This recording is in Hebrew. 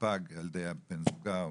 על-ידי בן זוגה.